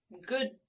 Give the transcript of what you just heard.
good